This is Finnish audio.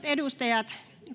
edustajat